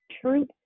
truth